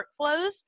workflows